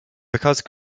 because